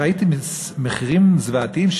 ראיתי מחירים זוועתיים,